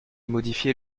modifier